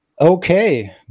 okay